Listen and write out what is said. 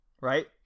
Right